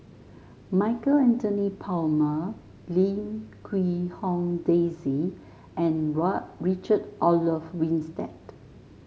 Michael Anthony Palmer Lim Quee Hong Daisy and Richard Olaf Winstedt